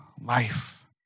life